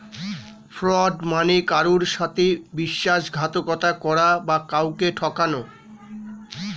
fraud মানে কারুর সাথে বিশ্বাসঘাতকতা করা বা কাউকে ঠকানো